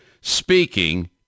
speaking